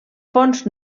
fons